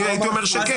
אני הייתי אומר שכן.